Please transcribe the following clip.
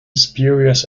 spurious